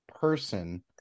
person